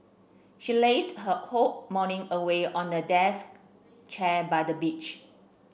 she lazed her whole morning away on a desk chair by the beach